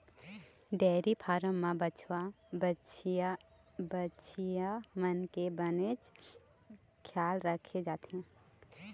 dairy farm म बछवा, बछिया मन के बनेच खियाल राखे जाथे